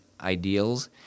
ideals